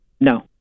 no